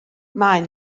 maen